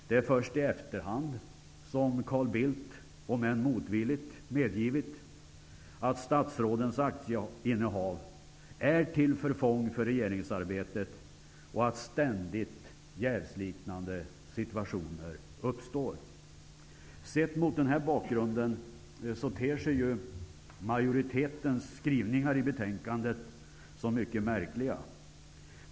Det är först i efterhand som Carl Bildt, om än motvilligt, medgivit att statsrådens aktieinnehav är till förfång för regeringsarbetet och att ständigt jävsliknande situationer uppstår. Sett mot den bakgrunden ter sig majoritetens skrivningar i betänkandet som mycket märkliga.